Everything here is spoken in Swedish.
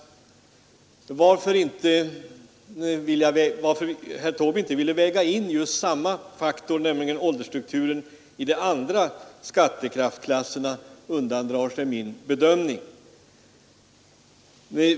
Varför herr Taube inte ville väga in just samma faktor, nämligen åldersstrukturen, i de andra skattekraftsklasserna undandrar sig min bedömning.